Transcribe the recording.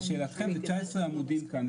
לשאלתכם, זה 19 עמודים כאן.